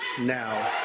now